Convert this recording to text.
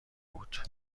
بود